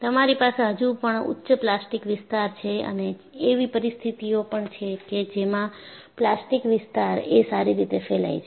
તમારી પાસે હજુ પણ ઉચ્ચ પ્લાસ્ટિક વિસ્તાર છે અને એવી પરિસ્થિતિઓ પણ છે કે જેમાં પ્લાસ્ટિકવિસ્તાર એ સારી રીતે ફેલાય છે